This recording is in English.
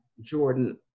Jordan